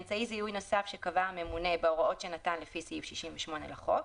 נשאר "אמצעי זיהוי נוסף שקבע הממונה בהוראות שנתן לפי סעיף 68 לחוק",